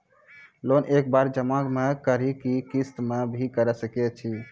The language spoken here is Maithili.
लोन एक बार जमा म करि कि किस्त मे भी करऽ सके छि?